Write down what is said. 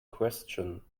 question